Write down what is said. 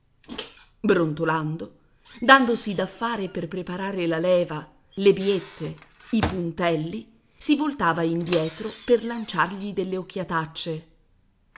brontolando dandosi da fare per preparare la leva le biette i puntelli si voltava indietro per lanciargli delle occhiatacce